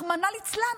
רחמנא ליצלן,